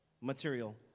material